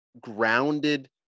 grounded